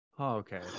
okay